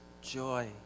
joy